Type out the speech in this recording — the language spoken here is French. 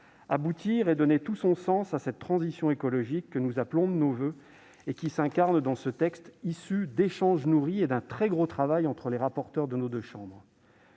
aboutir et donner tout son sens à cette transition écologique que nous appelons de nos voeux et qui s'incarne dans ce texte issu d'échanges nourris et d'un très important travail entre les rapporteurs de nos chambres.